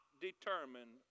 Determined